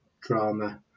drama